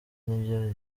nibyo